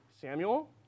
Samuel